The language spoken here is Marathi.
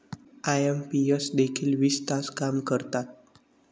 आई.एम.पी.एस देखील वीस तास काम करतात?